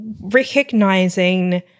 recognizing